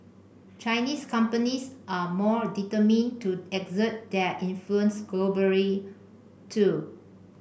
Chinese companies are more determined to exert their influence globally too